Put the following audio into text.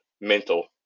mental